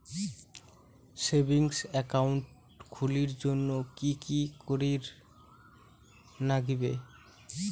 Savings account খুলির জন্যে কি কি করির নাগিবে?